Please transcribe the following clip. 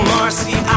Marcy